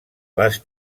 les